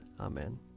Amen